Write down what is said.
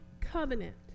covenant